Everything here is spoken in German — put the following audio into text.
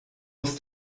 muss